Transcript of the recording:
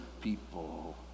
people